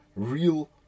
real